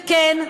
וכן,